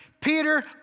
Peter